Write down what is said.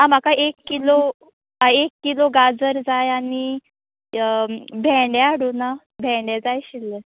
आं म्हाका एक किलो गाजर जाय आनी भेंडे हाडुना भेंडे जाय आशिल्ले